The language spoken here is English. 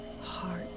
heart